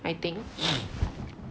I think